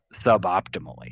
suboptimally